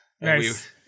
Nice